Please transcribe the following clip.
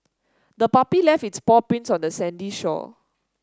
the puppy left its paw prints on the sandy shore